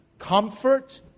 Comfort